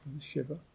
shiver